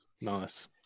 Nice